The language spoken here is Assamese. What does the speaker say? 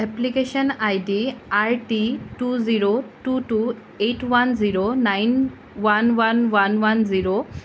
application I D R T two zero two two eight one zero nine one one one one zero